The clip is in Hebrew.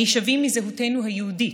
הנשאבים מזהותנו היהודית,